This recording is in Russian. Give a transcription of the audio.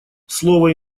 слово